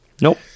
Nope